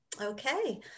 Okay